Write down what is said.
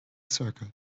circle